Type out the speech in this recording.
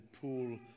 pool